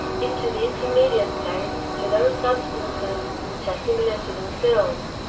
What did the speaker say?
into the intermediate place to those substances which are similar to themselves,